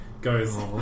goes